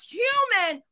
human